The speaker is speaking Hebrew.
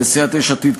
לסיעת יש עתיד,